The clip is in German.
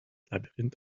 labyrinth